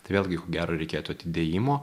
tai vėlgi ko gero reikėtų atidėjimo